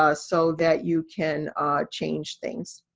ah so that you can change things.